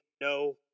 No